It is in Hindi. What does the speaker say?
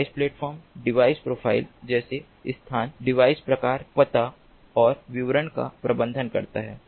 डिवाइस प्लेटफ़ॉर्म डिवाइस प्रोफ़ाइल जैसे स्थान डिवाइस प्रकार पता और विवरण का प्रबंधन करता है